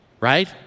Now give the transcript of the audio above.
right